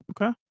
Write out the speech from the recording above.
Okay